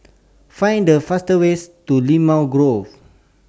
Find The faster ways to Limau Grove